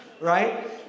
right